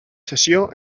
sessió